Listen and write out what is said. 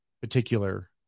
particular